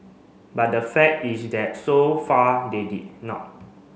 but the fact is that so far they did not